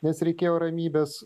nes reikėjo ramybės